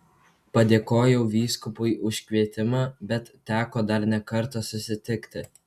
padėkojau vyskupui už kvietimą bet teko dar ne kartą susitikti